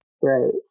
right